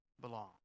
belong